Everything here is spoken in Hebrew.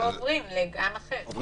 או עוברים לגן אחר.